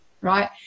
right